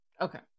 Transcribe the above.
Okay